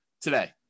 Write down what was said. today